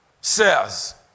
says